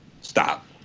Stop